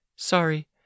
Sorry